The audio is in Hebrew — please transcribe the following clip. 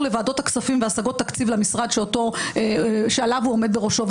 לוועדות הכספים והשגת כספים למשרד שהוא עומד בראשו,